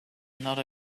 not